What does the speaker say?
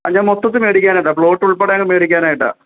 ആ ഞാൻ മൊത്തത്തിൽ മേടിക്കാനായിട്ടാണ് പ്ലോട്ട് ഉൾപ്പെടെ അങ്ങ് മേടിക്കാനായിട്ടാണ്